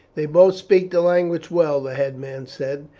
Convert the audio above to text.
they both speak the language well, the headman said,